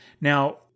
Now